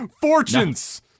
fortunes